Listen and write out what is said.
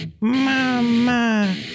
Mama